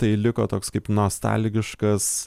tai liko toks kaip nostalgiškas